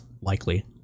likely